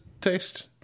taste